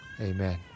Amen